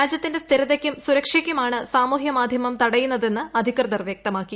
രാജ്യത്തിന്റെ സ്ഥിരതയ്ക്കും സുരക്ഷയ്ക്കുമാണ് സാമൂഹ്യ മാധ്യമം തടയുന്നതെന്ന് അധികൃതർ വ്യക്തമാക്കി